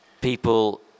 people